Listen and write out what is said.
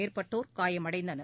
மேற்பட்டோர் காயமடைந்தனர்